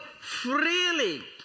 freely